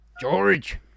George